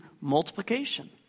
multiplication